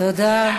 תודה.